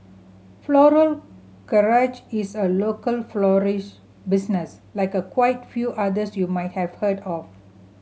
Floral Garage is a local florist business like a quite few others you might have heard of